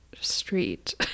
Street